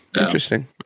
interesting